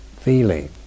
feeling